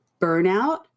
burnout